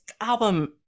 album